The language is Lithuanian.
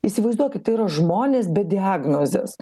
įsivaizduokit tai yra žmonės be diagnozės